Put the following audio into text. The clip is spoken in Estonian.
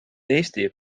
eesti